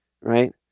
right